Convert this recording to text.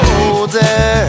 older